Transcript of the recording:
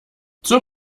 zur